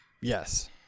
Yes